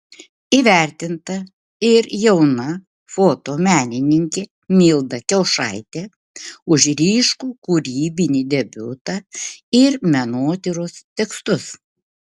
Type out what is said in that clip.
įvertinta ir jauna fotomenininkė milda kiaušaitė už ryškų kūrybinį debiutą ir menotyros tekstus